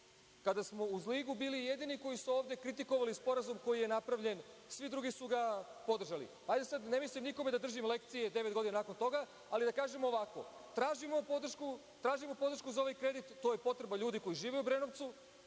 kada smo uz Ligu bili jedini koji su ovde kritikovali sporazum koji je napravljen. Svi drugi su ga podržali. Ne mislim sada nikome da držim lekcije devet godina nakon toga, ali da kažemo ovako – tražimo podršku za ovaj kredit. To je potreba ljudi koji žive u Obrenovcu.